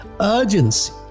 Urgency